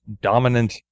dominant